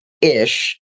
ish